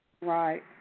Right